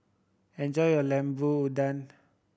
enjoy your Lemper Udang